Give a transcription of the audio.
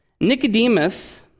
Nicodemus